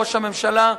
ראש הממשלה,